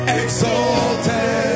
exalted